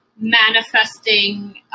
manifesting